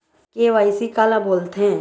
KYC काला बोलथें?